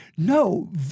No